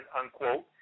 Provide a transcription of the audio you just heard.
unquote